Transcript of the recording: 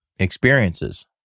Experiences